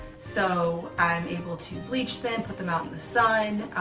so i'm able to bleach them, put them out in the sun,